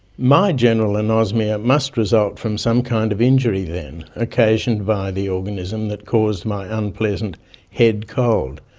my general anosmia must result from some kind of injury, then, occasioned by the organism that caused my unpleasant head cold.